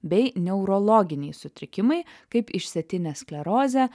bei neurologiniai sutrikimai kaip išsėtinė sklerozė